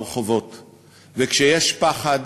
וכשיש פחד,